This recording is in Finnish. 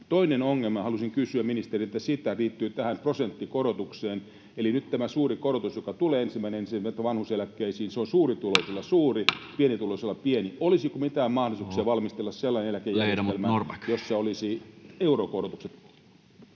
Toinen ongelma, ja haluaisin kysyä ministeriltä siitä, liittyy tähän prosenttikorotukseen. Eli nyt tämä suuri korotus, joka tulee 1.1. vanhuuseläkkeisiin, on suurituloisilla suuri, pienituloisilla pieni. Olisiko mitään mahdollisuuksia valmistella sellainen eläkejärjestelmä, jossa olisi eurokorotukset?